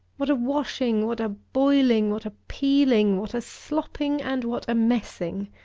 what a washing, what a boiling, what a peeling, what a slopping, and what a messing!